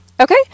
Okay